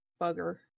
bugger